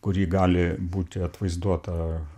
kuri gali būti atvaizduota